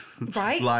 Right